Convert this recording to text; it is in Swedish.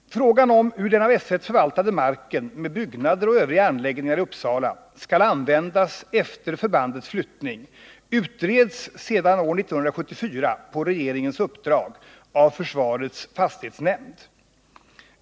Frågan om hur den av S 1 förvaltade marken med byggnader och övriga anläggningar i Uppsala skall användas efter förbandets flyttning utreds sedan år 1974 på regeringens uppdrag av försvarets fastighetsnämnd.